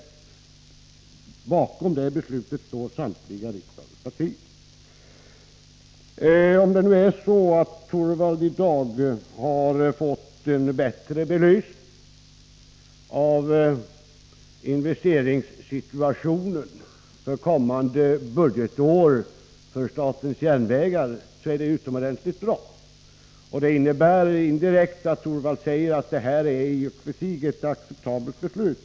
Bakom det beslutet står samtliga riksdagspartier. Om Rune Torwald nu har fått en bättre belysning av investeringssituationen för kommande budgetår för statens järnvägar, är detta utomordentligt bra. Indirekt säger Rune Torwald att det här är ett acceptabelt beslut.